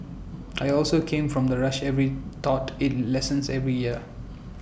I also come from the rush every thought IT lessens every year